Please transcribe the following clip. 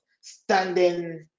standing